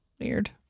weird